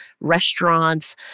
restaurants